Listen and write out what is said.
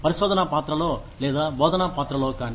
పరిశోధన పాత్రలో లేదా బోధనా పాత్రలో కానీ